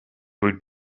would